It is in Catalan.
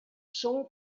són